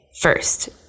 first